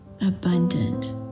abundant